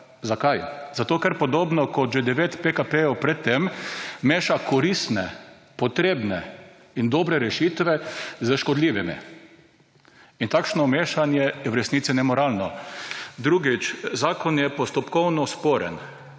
Zakaj? Zato, ker podobno kot že 9 PKP pred tem, meša koristne, potrebne in dobre rešitve s škodljivimi. In takšno mešanje je v resnici nemoralno. Drugič, zakon je postopkovno sporen.